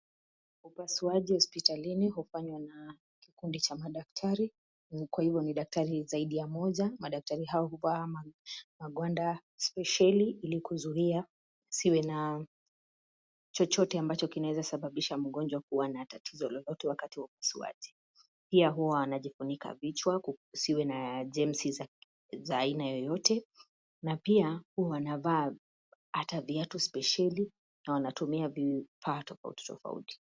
Upasuaji wa hospitalini hufanywa na kikundi cha madaktari, kwa hivo ni daktari zaidi ya Mmoja . Madaktari huvaa magwanda spesheli, ili kuzuia kusiwe na chochote ambacho kinaweza kusababisha, mgonjwa kuwa na tatizo lolote wakati wa upasuaji. Pia Huwa wanajifunika vichwa kusiwe na jemsi za aina yoyote, na pia wanavaa hata viatu spesheli na wanatumia vifaa tofauti tofauti.